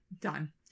Done